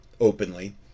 openly